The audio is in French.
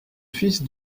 fils